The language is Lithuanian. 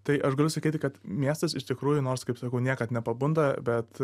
tai aš galiu sakyti kad miestas iš tikrųjų nors kaip sakau niekad nepabunda bet